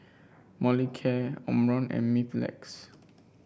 Molicare Omron and Mepilex